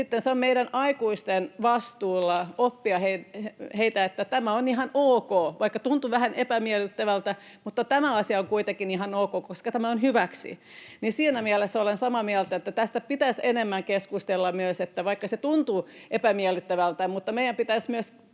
meidän aikuisten vastuulla opettaa heitä, että tämä on ihan ok — vaikka tuntuu vähän epämiellyttävältä, tämä asia on kuitenkin ihan ok, koska tämä on hyväksi. Eli siinä mielessä olen samaa mieltä, että tästä pitäisi myös keskustella enemmän. Vaikka tuntuu epämiellyttävältä, niin meidän pitäisi myös